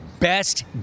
best